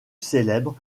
célèbre